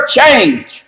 change